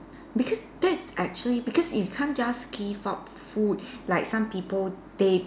because that's actually because you can't just give out food like some people they